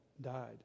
died